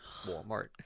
Walmart